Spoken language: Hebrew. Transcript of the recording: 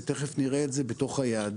ותיכף נראה את זה ביעדים.